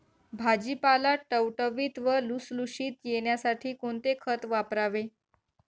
भाजीपाला टवटवीत व लुसलुशीत येण्यासाठी कोणते खत वापरावे?